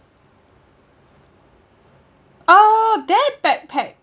uh that backpack